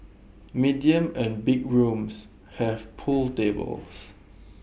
medium and big rooms have pool tables